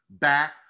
Back